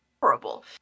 horrible